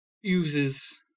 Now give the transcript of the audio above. Uses